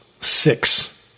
Six